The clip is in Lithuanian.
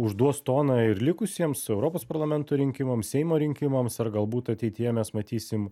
užduos toną ir likusiems europos parlamento rinkimams seimo rinkimams ar galbūt ateityje mes matysim